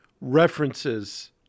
references